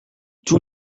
tous